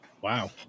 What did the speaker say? wow